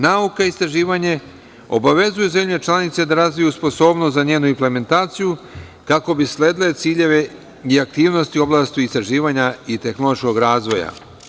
Nauka i istraživanje obavezuju zemlje članice da razviju sposobnost za njenu implementaciju, kako bi sledile ciljeve i aktivnosti u oblasti istraživanja i tehnološkog razvoja.